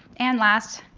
and last,